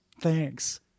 thanks